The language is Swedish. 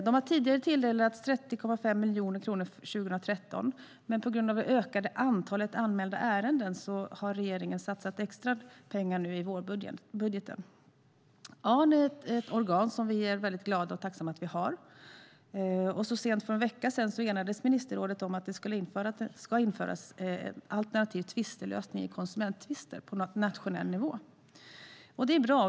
Den har tidigare tilldelats 30,5 miljoner kronor för 2013, men på grund av det ökade antalet anmälda ärenden har regeringen satsat extra pengar i vårbudgeten. Arn är ett organ som vi är väldigt glada och tacksamma över att ha. Så sent som för en vecka sedan enades ministerrådet om att det ska införas en alternativ tvistelösning i konsumenttvister på nationell nivå. Det är bra.